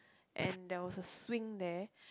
and there was the swing there